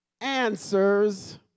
answers